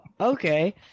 okay